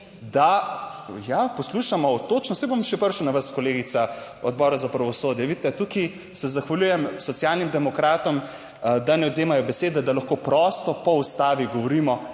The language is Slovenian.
ja, poslušamo točno, saj bom še prišel na vas, kolegica Odbora za pravosodje, vidite, tukaj se zahvaljujem Socialnim demokratom, da ne odvzemajo besede, da lahko prosto po Ustavi govorimo